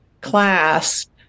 class